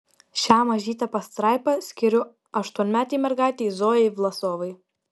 šią mažytę pastraipą skiriu aštuonmetei mergaitei zojai vlasovai